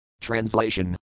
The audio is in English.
Translation